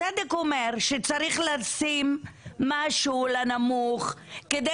הצדק אומר שצריך לשים משהו לנמוך כדי